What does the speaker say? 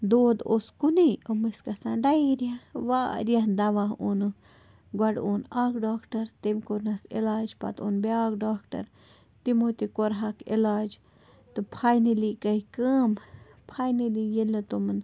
دود اوس کُنُے یِم ٲسۍ گژھان ڈَہیریا واریاہ دوا اوٚنُکھ گۄڈٕ اوٚن اَکھ ڈاکٹَر تٔمۍ کوٚرنَس علاج پَتہٕ اوٚن بیٛاکھ ڈاکٹَر تِمو تہِ کوٚرہَکھ علاج تہٕ فاینٔلی گٔے کٲم فاینٔلی ییٚلہِ نہٕ تِمَن